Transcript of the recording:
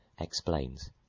Explains